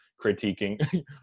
critiquing